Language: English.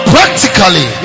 Practically